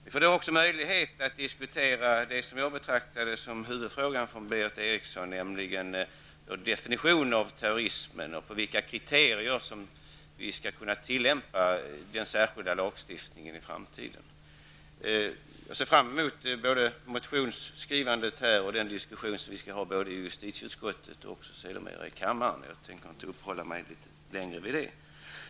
Vi får då också möjlighet att diskutera det jag uppfattar som Berith Erikssons huvudfråga, nämligen definitionen av begreppet terrorism och enligt vilka kriterier den särskilda lagstiftningen skall tillämpas i framtiden. Jag ser fram emot motionsskrivandet och diskussionen både i justitieutskottet och sedermera i kammaren, och jag tänker inte uppehålla mig mer vid detta.